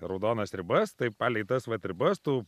raudonas ribas tai palei tas vat ribas tų